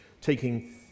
taking